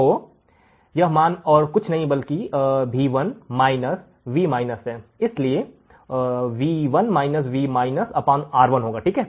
तो यह मान कुछ और नही बल्कि V1 V है इसलिए R1 होगा ठीक है